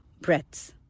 breaths